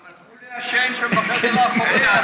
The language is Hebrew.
איתן, הם הלכו לעשן שם, בחדר האחורי.